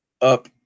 up